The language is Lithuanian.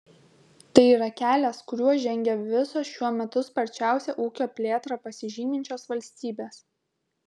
tai yra kelias kuriuo žengia visos šiuo metu sparčiausia ūkio plėtra pasižyminčios valstybės